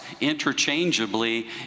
interchangeably